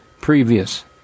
previous